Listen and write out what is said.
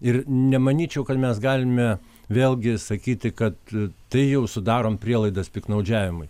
ir nemanyčiau kad mes galime vėlgi sakyti kad tai jau sudarom prielaidas piktnaudžiavimui